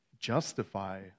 justify